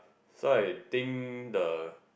so I think the